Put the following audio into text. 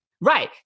Right